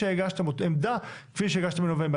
עמדה כפי שהגשתם בנובמבר.